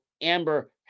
Amber